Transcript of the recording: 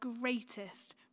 greatest